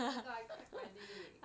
oh my god I cracked my leg